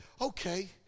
okay